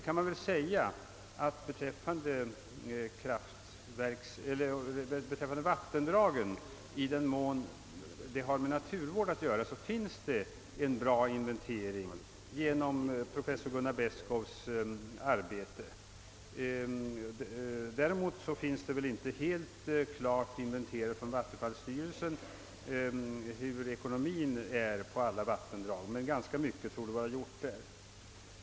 Man kan väl säga alt beträffande vattendragen — i de avseenden som berör naturvårdsfrågor — finns en bra inventering genom Pprofessor Gunnar Beskows arbete. Däremot har inte vattenfallsstyrelsen inventerat det ekonomiska läget för alla vattendrag, men ganska mycket torde vara klarlagt.